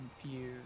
confused